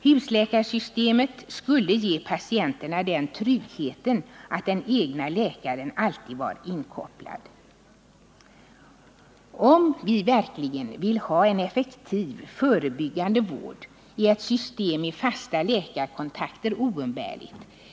Husläkarsystemet skulle ge patienterna den tryggheten att den egna läkaren alltid var inkopplad. Om vi verkligen vill ha en effektiv förebyggande vård är ett system med fasta läkarkontakter oumbärligt.